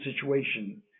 situation